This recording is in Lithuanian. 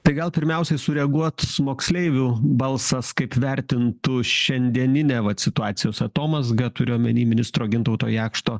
tai gal pirmiausiai sureaguot moksleivių balsas kaip vertintų šiandieninę vat situacijos atomazgą turiu omeny ministro gintauto jakšto